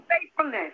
Faithfulness